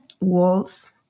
walls